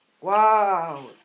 Wow